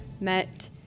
met